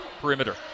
perimeter